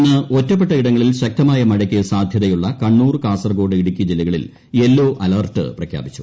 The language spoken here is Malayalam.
ഇന്ന് ഒറ്റപ്പെട്ട ഇടങ്ങളിൽ ശക്തമായ മഴയ്ക്ക് സാധൃതയുള്ള കണ്ണൂർ കാസർഗോഡ് ഇടുക്കി ജില്ലകളിൽ യെല്ലോ അലെർട്ട് പ്രഖ്യാപിച്ചു